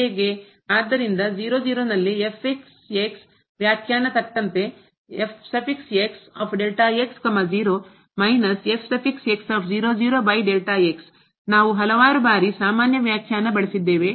ಆದ್ದರಿಂದ 0 0 ನಲ್ಲಿ ವ್ಯಾಖ್ಯಾನ ತಕ್ಕಂತೆ ನಾವು ಹಲವಾರು ಬಾರಿ ಸಾಮಾನ್ಯ ವ್ಯಾಖ್ಯಾನ ಬಳಸಿದ್ದೇವೆ